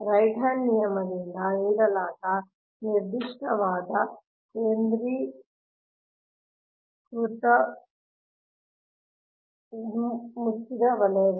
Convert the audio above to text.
right hand ನಿಯಮದಿಂದ ನೀಡಲಾದ ನಿರ್ದೇಶನದೊಂದಿಗೆ ಕೇಂದ್ರೀಕೃತ ಮುಚ್ಚಿದ ವಲಯಗಳು